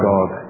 God